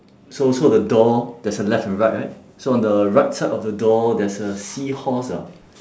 so so the door there's a left and right right so on the right side of the door there's a seahorse ah